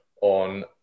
on